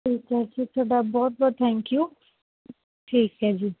ਠੀਕ ਹੈ ਜੀ ਤੁਹਾਡਾ ਬਹੁਤ ਬਹੁਤ ਥੈਂਕ ਯੂ ਠੀਕ ਹੈ ਜੀ